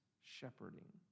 shepherding